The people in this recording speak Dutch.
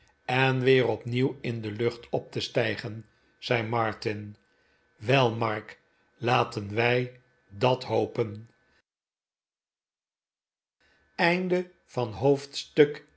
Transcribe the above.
en weer opnieuw in de lucht op te stijgen zei martin wel mark laten wij dat hopen hoofdstuk